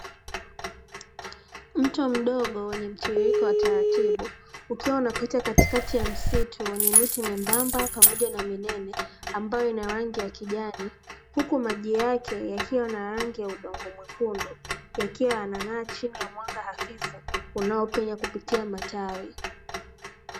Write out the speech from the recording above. Mto mdogo wenye mtiririko wa taratibu ukiwa unapita katikati ya msitu wenye miti membamba pamoja na minene ambayo inarangi ya kijani, huku maji yake yakiwa na rangi ya udongo mwekundi yakiwa yanang'aa chini ya mwanga hafifu unaopenya kupitia matawi